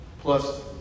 plus